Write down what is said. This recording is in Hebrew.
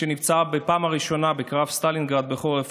שנפצע בפעם הראשונה בקרב סטלינגרד בחורף